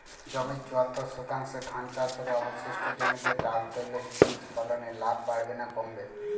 জমির চুয়াত্তর শতাংশে ধান চাষ হলে অবশিষ্ট জমিতে ডাল তৈল বীজ ফলনে লাভ বাড়বে না কমবে?